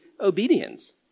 obedience